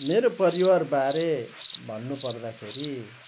मेरो परिवार बारे भन्नु पर्दाखेरि